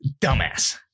Dumbass